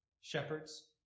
shepherds